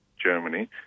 Germany